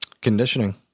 Conditioning